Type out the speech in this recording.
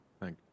Thank